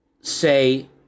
say